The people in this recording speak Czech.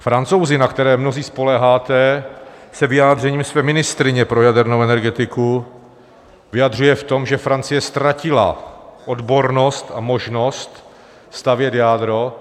Francouzi, na které mnozí spoléháte, se vyjádřením své ministryně pro jadernou energetiku vyjadřují tak, že Francie ztratila odbornost a možnost stavět jádro.